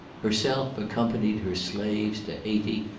herself accompanied her slaves to hayti,